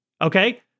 okay